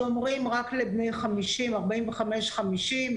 --- רק לבני 45 50,